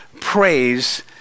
praise